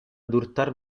durtar